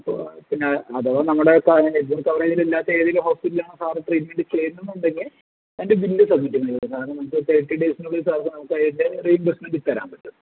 ഇപ്പോൾ പിന്നെ അഥവാ നമ്മുടെ ഇപ്പോൾ ആ ഫുൾ കവറേജിൽ ഇല്ലാത്ത ഏതെങ്കിലും ഹോസ്പിറ്റൽ ആണോ സാർ ട്രീറ്റ്മെന്റ് ചെയ്യുന്നതെന്നുണ്ടെങ്കിൽ അതിൻ്റെ ബിൽ സബ്മിറ്റ് ചെയ്താൽമതി സാറിന് നമുക്ക് തെർട്ടി ഡെയ്സിനുള്ളിൽ സാറിന് നമുക്ക് അതിൻ്റെ റീയിൻബർസ്മെന്റ് ഇട്ട് തരാൻ പറ്റും